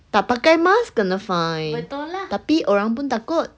tak pakai mask kena fine tapi orang pun takut